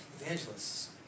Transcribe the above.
evangelists